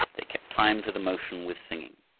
they kept time to the motion with singing.